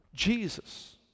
Jesus